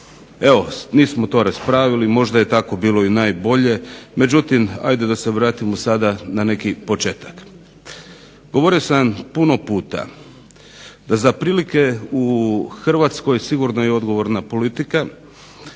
Evo nismo to raspravili, možda je tako bilo i najbolje, međutim ajde da se vratimo sada na neki početak. Govorio sam puno puta da za prilike u Hrvatskoj sigurno je odgovorna politika.